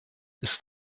ist